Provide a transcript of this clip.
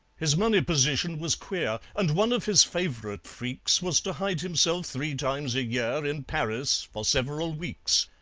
his money-position was queer, and one of his favourite freaks was to hide himself three times a year, in paris, for several weeks.